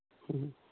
ꯎꯝ